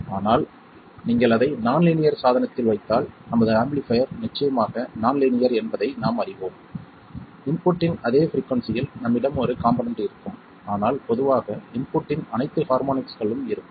ஆனால் நீங்கள் அதை நான் லீனியர் சாதனத்தில் வைத்தால் நமது ஆம்பிளிஃபைர் நிச்சயமாக நான் லீனியர் என்பதை நாம் அறிவோம் இன்புட்டின் அதே பிரிக்குயின்சியில் நம்மிடம் ஒரு காம்போனென்ட் இருக்கும் ஆனால் பொதுவாக இன்புட்டின் அனைத்து ஹார்மோனிக்ஸ்களும் இருக்கும்